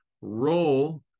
role